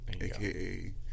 Aka